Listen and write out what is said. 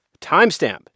Timestamp